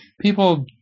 People